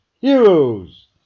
heroes